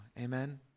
Amen